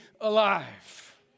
alive